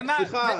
סליחה,